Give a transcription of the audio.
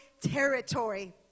territory